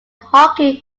hockey